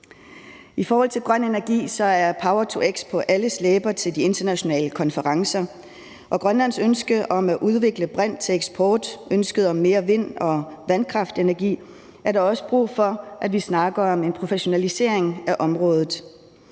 I forhold til grøn energi er power-to-x på alles læber ved de internationale konferencer, og i forbindelse med Grønlands ønske om at udvikle brint til eksport og ønsket om mere vind- og vandkraftenergi er der også brug for, at vi snakker om en professionalisering af området.